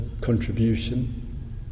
contribution